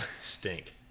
stink